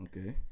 Okay